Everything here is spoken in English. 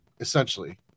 essentially